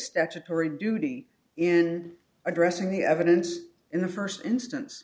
statutory duty in addressing the evidence in the first instance